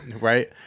right